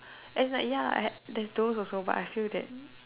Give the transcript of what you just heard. and is like ya I had there's those also but I feel that